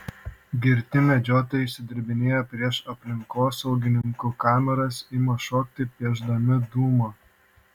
girti medžiotojai išsidirbinėja prieš aplinkosaugininkų kameras ima šokti pešdami dūmą